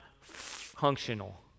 functional